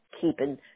keeping